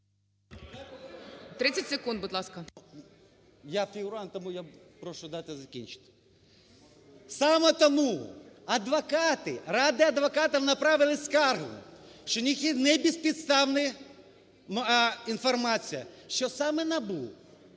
30 секунд, будь ласка. ЛОГВИНСЬКИЙ Г.В. Я – фігурант. Тому я прошу дати закінчити. Саме тому адвокати, рада адвокатів направила скаргу, що небезпідставна інформація, що саме НАБУ